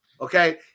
okay